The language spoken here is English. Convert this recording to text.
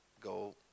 go